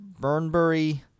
Burnbury